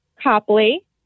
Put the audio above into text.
Copley